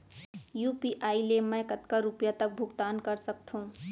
UPI ले मैं कतका रुपिया तक भुगतान कर सकथों